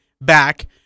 back